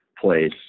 place